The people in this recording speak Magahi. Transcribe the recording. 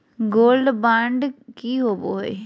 गोल्ड बॉन्ड की होबो है?